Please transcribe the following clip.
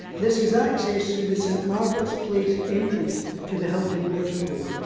this is accessed through the st margaret's place entrance to the hilton metropol.